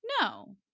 No